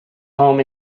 home